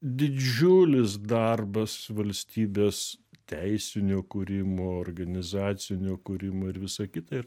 didžiulis darbas valstybės teisinio kūrimo organizacinio kūrimo ir visa kita